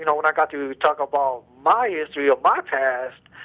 you know when i got to talk about my issues, my past,